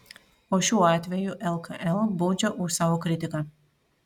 o šiuo atveju lkl baudžia už savo kritiką